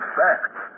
facts